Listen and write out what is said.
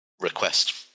request